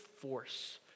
force